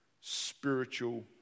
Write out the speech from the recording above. spiritual